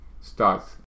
starts